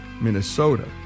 Minnesota